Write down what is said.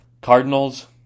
Cardinals